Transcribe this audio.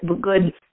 good